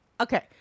Okay